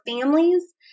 families